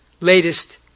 Latest